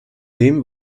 dem